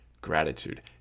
Gratitude